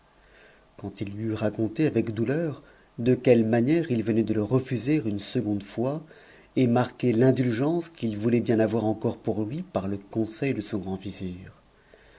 quand it lui eut raconté avec douleur de quelle manière it venait de le refusa une seconde fois et marqué l'indulgence qu'il voulait bien avoir encof pour lui par le conseil de son grand